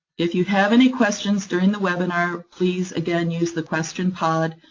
if you have any questions during the webinar, please, again, use the question pod,